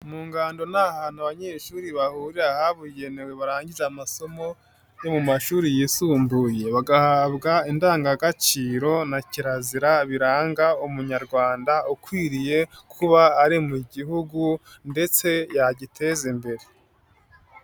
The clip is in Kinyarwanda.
Mu ngando ni ahantu abanyeshuri bahurira habugenewe barangije amasomo yo mu mashuri yisumbuye bagahabwa indangagaciro na kirazira biranga umunyarwanda ukwiriye kuba ari mu gihugu ndetse yagiteza imbere.